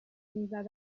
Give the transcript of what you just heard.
میزدم